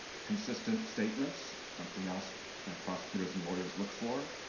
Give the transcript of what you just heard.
consistent statements, something else prosecutors and lawyers look for.